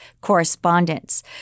correspondence